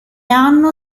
anno